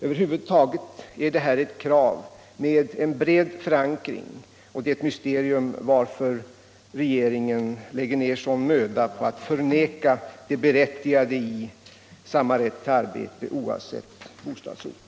Över huvud taget är det här ett krav med en bred förankring, och det är ett mysterium varför regeringen lägger ned sådan möda på att förneka det befogade i människors rätt till arbete oavsett bostadsort.